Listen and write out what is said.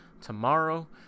tomorrow